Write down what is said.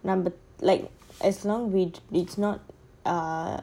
like as long which which not err